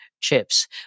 chips